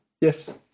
Yes